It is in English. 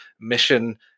mission